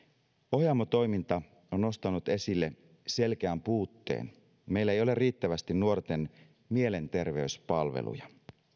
ohjaamo toiminta on nostanut esille selkeän puutteen meillä ei ole riittävästi nuorten mielenterveyspalveluja